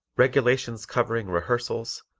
regulations covering rehearsals,